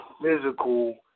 physical